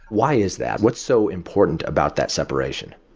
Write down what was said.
why is that? what's so important about that separation?